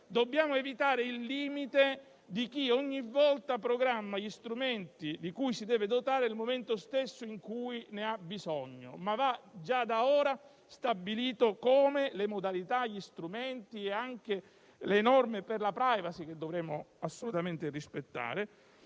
Dobbiamo evitare il limite di chi ogni volta programma gli strumenti di cui si deve dotare nel momento stesso in cui ne ha bisogno; vanno già da ora stabilite le modalità e le norme per la *privacy* che dovremo assolutamente rispettare.